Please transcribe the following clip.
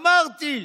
אמרתי.